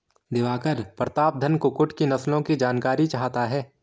दिवाकर प्रतापधन कुक्कुट की नस्लों की जानकारी चाहता है